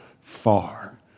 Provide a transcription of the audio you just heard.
far